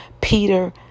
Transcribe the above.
Peter